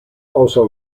also